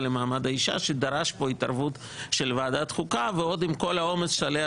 למעמד האישה שדרש פה התערבות של ועדת חוקה ועוד עם כל העומס עליה